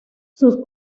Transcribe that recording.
sus